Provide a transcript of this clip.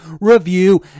review